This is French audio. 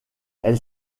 elle